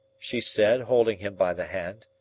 she said, holding him by the hand.